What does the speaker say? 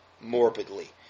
morbidly